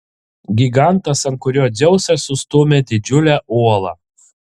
gigantas ant kurio dzeusas užstūmė didžiulę uolą